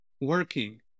working